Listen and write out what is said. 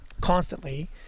constantly